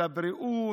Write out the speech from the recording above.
לבריאות,